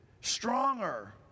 stronger